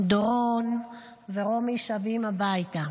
דורון ורומי שבות הביתה.